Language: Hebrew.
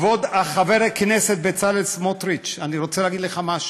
חבר הכנסת בצלאל סמוטריץ, אני רוצה להגיד לך משהו: